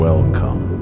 Welcome